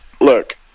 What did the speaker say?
look